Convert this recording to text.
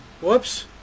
Whoops